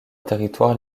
territoire